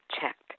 checked